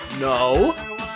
no